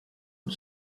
une